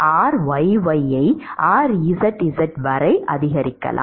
ryy ஐ rzz வரை அதிகரிக்கலாம்